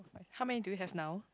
how many do we have now